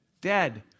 dead